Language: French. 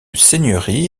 seigneurie